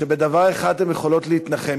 שבדבר אחד אתן יכולות להתנחם,